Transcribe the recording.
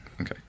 Okay